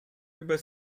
über